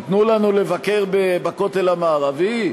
ייתנו לנו לבקר בכותל המערבי?